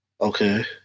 Okay